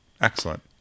Excellent